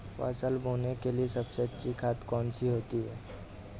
फसल बोने के लिए सबसे अच्छी खाद कौन सी होती है?